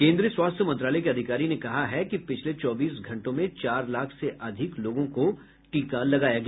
केंद्रीय स्वास्थ्य मंत्रालय के अधिकारी ने कहा है कि पिछले चौबी घंटों में चार लाख से अधिक लोगों को टीका लगाया गया